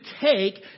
take